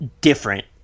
different